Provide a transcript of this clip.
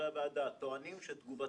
אתה אומר: "חצוף".